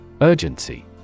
Urgency